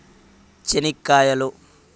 చెనిక్కాయలు